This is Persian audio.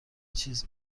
چیز